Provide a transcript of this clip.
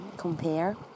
compare